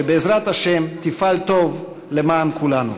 שבעזרת השם תפעל טוב למען כולנו.